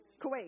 kuwait